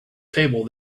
table